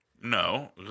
No